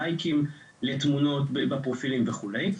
בלייקים לתמונות בפרופילים וכולי.